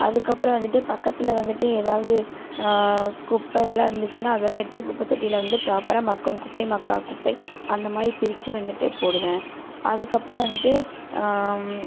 அதுக்கப்புறம் வந்துட்டு பக்கத்தில் வந்துட்டு ஏதாவது குப்பை எல்லா இருந்துச்சுன்னால் அதெல்லாம் எடுத்து குப்பை தொட்டியில் வந்து ப்ராப்பரா மக்கும் குப்பை மக்கா குப்பை அந்தமாதிரி பிரித்து வந்துட்டு போடுவேன் அதுக்கப்புறம் வந்துட்டு